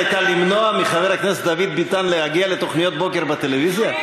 הייתה למנוע מחבר הכנסת דוד ביטן להגיע לתוכניות בוקר בטלוויזיה?